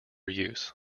use